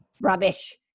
rubbish